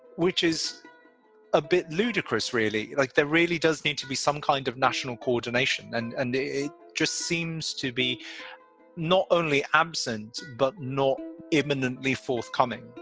which is a bit ludicrous, really. like there really does need to be some kind of national coordination. and and it just seems to be not only absent, but not imminently forthcoming